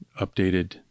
updated